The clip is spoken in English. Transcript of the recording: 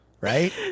Right